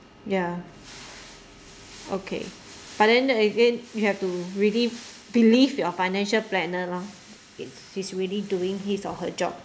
ya okay but then again you have to really believe your financial planner lah if he's really doing his or her job